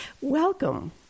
Welcome